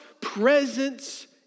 presence